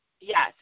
Yes